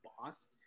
boss